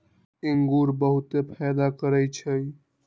इंगूर बहुते फायदा करै छइ